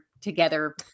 together